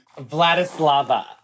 vladislava